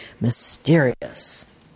mysterious